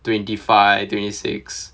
twenty five twenty six